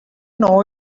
know